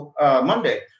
Monday